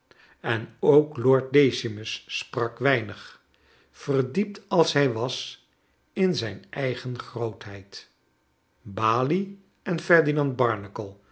en ook lord decimus sprak weinig verdiept als hij was in zijn eigen grootheid balie en ferdinand